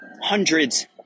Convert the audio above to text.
hundreds